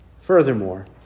Furthermore